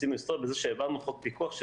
עשינו היסטוריה בזה שהעברנו חוק פיקוח,